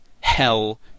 hell